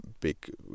big